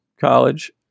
college